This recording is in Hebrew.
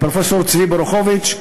לפרופסור צבי בורוכוביץ,